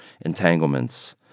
entanglements